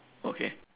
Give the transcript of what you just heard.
okay